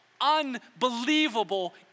unbelievable